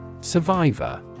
Survivor